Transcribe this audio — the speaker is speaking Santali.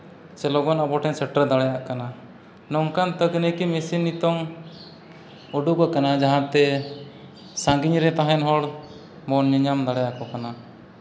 ᱥᱮ ᱞᱚᱜᱚᱱ ᱟᱵᱚ ᱴᱷᱮᱱ ᱥᱮᱴᱮᱨ ᱫᱟᱲᱮᱭᱟᱜ ᱠᱟᱱᱟ ᱱᱚᱝᱠᱟᱱ ᱛᱟᱹᱠᱱᱤᱠᱤ ᱢᱮᱥᱤᱱ ᱱᱤᱛᱚᱜ ᱚᱰᱳᱠ ᱟᱠᱟᱱᱟᱜ ᱡᱟᱦᱟᱸᱛᱮ ᱥᱟᱺᱜᱤᱧ ᱨᱮ ᱛᱟᱦᱮᱱ ᱦᱚᱲ ᱵᱚᱱ ᱧᱮᱧᱟᱢ ᱫᱟᱲᱮ ᱟᱚ ᱠᱟᱱᱟ